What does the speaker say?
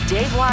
Dave